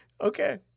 Okay